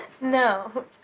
No